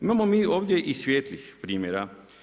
Imamo mi ovdje i svijetlih primjera.